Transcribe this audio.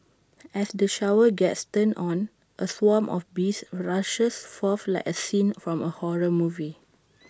as the shower gets turned on A swarm of bees rushes forth like A scene from A horror movie